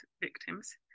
victims